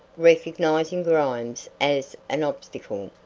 recognizing grimes as an obstacle,